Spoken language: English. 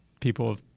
people